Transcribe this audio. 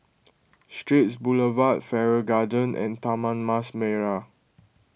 Straits Boulevard Farrer Garden and Taman Mas Merah